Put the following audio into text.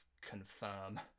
confirm